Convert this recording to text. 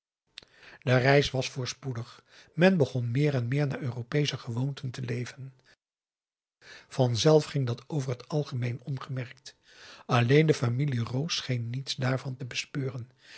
de reis was voorspoedig men begon meer en meer naar europeesche gewoonten te leven vanzelf ging dat over het algemeen ongemerkt alleen de familie roos scheen niets daarvan te bespeuren